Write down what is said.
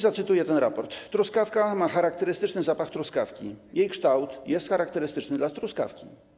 Zacytuję ten raport: Truskawka ma charakterystyczny zapach truskawki, jej kształt jest charakterystyczny dla truskawki.